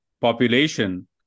population